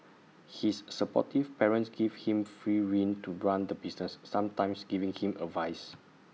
his supportive parents give him free rein to run the business sometimes giving him advice